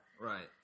Right